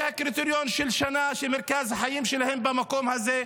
הקריטריון של שנה שמרכז החיים שלהם במקום הזה,